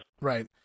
right